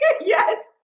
Yes